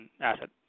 asset